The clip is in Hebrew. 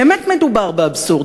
באמת מדובר באבסורד.